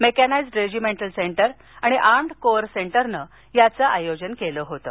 mechanised regimental centre आणि armoured corps सेंटरनं याचं आयोजन केलं होतं